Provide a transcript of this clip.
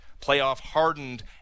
playoff-hardened